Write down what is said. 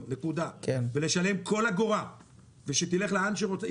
נקודה ולשם כל אגורה ושתלך לאן שרוצים,